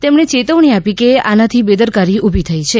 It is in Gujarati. તેમણે ચેતવણી આપી કે આનાથી બેદરકારી ઉભી થઈ છે